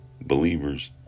believers